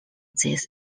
this